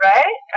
Right